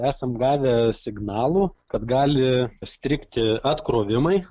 esam gavę signalų kad gali strigti atkrovimai